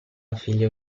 figlio